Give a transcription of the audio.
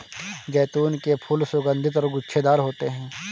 जैतून के फूल सुगन्धित और गुच्छेदार होते हैं